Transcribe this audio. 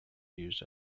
used